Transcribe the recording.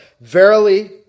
verily